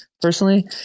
personally